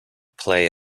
play